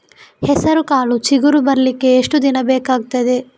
ಹೆಸರುಕಾಳು ಚಿಗುರು ಬರ್ಲಿಕ್ಕೆ ಎಷ್ಟು ದಿನ ಬೇಕಗ್ತಾದೆ?